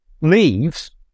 Leaves